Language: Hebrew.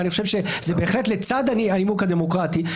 ואני חושב שזה בהחלט לצד הנימוק הדמוקרטי,